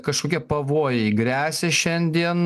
kažkokie pavojai gresia šiandien